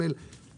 דבר שלישי,